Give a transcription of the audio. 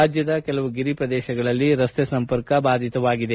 ರಾಜ್ಯದ ಕೆಲವು ಗಿರಿ ಪ್ರದೇಶಗಳಲ್ಲಿ ರಸ್ತೆ ಸಂಪರ್ಕವೂ ಬಾಧಿತವಾಗಿದೆ